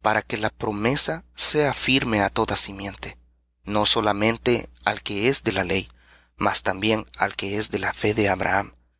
para que la promesa sea firme á toda simiente no solamente al que es de la ley mas también al que es de la fe de abraham